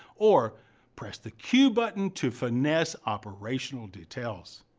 or press the q button to finesse operational details.